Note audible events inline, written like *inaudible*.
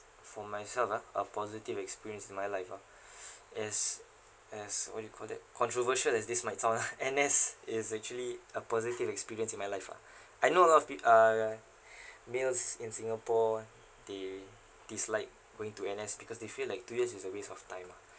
for myself ah a positive experience in my life ah *breath* as as what you call that controversial as this might sound ah *noise* N_S is actually a positive experience in my life ah I know a lot of peo~ uh *breath* males in singapore they dislike going to N_S because they feel like two years is a waste of time lah *breath*